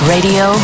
Radio